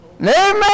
Amen